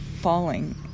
falling